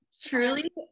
Truly